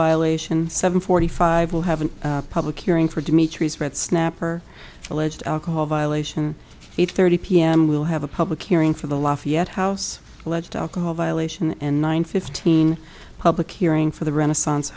violation seven forty five will have a public hearing for dimitri's red snapper alleged alcohol violation eight thirty p m will have a public hearing for the lafayette house alleged alcohol violation and nine fifteen public hearing for the renaissance